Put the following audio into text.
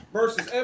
versus